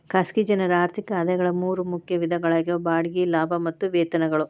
ಖಾಸಗಿ ಜನರ ಆರ್ಥಿಕ ಆದಾಯಗಳ ಮೂರ ಮುಖ್ಯ ವಿಧಗಳಾಗ್ಯಾವ ಬಾಡಿಗೆ ಲಾಭ ಮತ್ತ ವೇತನಗಳು